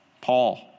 Paul